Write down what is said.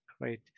Great